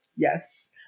Yes